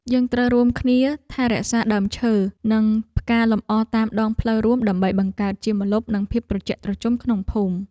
យើងត្រូវរួមដៃគ្នាថែរក្សាដើមឈើនិងផ្កាលម្អតាមដងផ្លូវរួមដើម្បីបង្កើតជាម្លប់និងភាពត្រជាក់ត្រជុំក្នុងភូមិ។